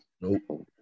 Nope